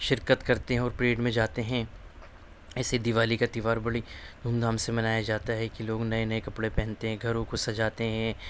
شرکت کرتے ہیں اور پریڈ میں جاتے ہیں ایسے دیوالی کا تیوہار بڑی دھوم دھام سے منایا جاتا ہے کہ لوگ نئے نئے کپڑے پہنتے ہیں گھروں کو سجاتے ہیں